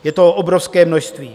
Je toho obrovské množství.